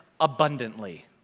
abundantly